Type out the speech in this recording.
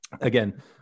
Again